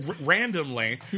randomly